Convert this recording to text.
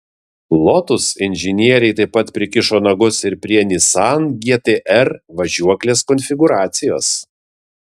lotus inžinieriai taip pat prikišo nagus ir prie nissan gt r važiuoklės konfigūracijos